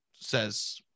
says